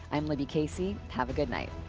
i am libby casey. have a good night.